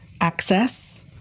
access